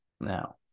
now